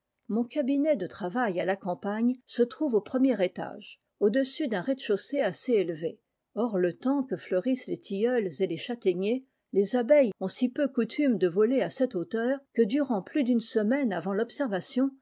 mon cabinet de travail à la campagne se trouve au premier étage au-dessus d'un rezi chaussée assez élevé hors le temps que i jrissent les tilleuls et les châtaigniers les î illes ont si peu coutume de voler à cette hauteur que durant plus d'une semaine avant tobservation